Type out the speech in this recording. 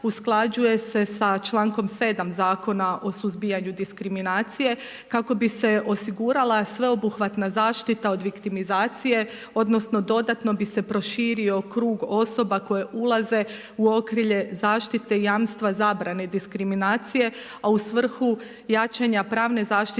usklađuje se sa člankom 7. Zakona o suzbijanju diskriminacije kako bi se osigurala sveobuhvatna zaštita od viktimizacije, odnosno dodatno bi se proširio krug osoba koje ulaze u okrilje zaštite jamstva zabrane diskriminacije a u svrhu jačanja pravne zaštite